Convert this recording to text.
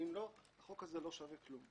אם לא, החוק הזה לא שווה כלום.